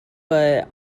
but